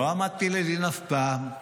לא עמדתי לדין אף פעם.